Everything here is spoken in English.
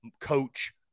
coach